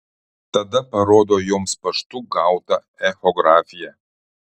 tada parodo joms paštu gautą echografiją